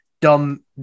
dumb